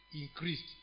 increased